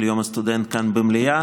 רבה.